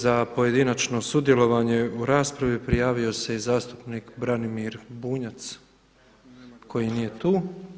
Za pojedinačno sudjelovanje u raspravi prijavio se i zastupnik Branimir Bunjac koji nije tu.